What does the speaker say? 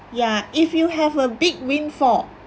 ya if you have a big windfall